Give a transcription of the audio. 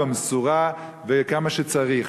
במשורה וכמה שצריך.